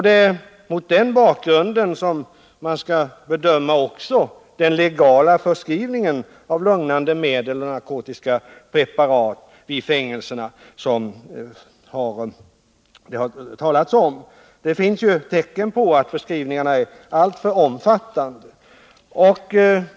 Det är mot den bakgrunden man skall bedöma också den legala förskrivningen av legala medel och narkotiska preparat i fängelserna, som det har talats om. Det finns ju tecken på att förskrivningarna är alltför omfattande.